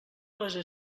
cosa